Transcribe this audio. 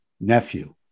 nephew